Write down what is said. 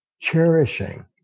cherishing